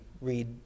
read